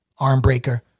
Armbreaker